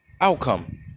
outcome